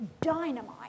dynamite